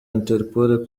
interpol